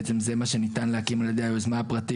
בעצם זה מה שניתן להקים על ידי היוזמה הפרטית,